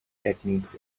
techniques